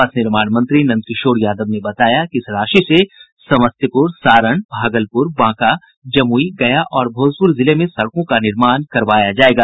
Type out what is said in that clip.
पथ निर्माण मंत्री नंदकिशोर यादव ने बताया कि इस राशि से समस्तीपुर सारण भागलपुर बांका जमुई गया और भोजपुर जिले में सड़कों का निर्माण करवाया जायेगा